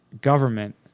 government